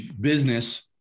business